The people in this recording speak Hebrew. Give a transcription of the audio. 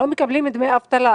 לא מקבלים דמי אבטלה,